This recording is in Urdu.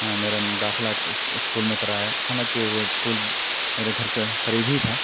میرا داخلہ اسکول میں کرایا حالانکہ وہ اسکول میرے گھر کے قریب ہی تھا